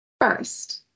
First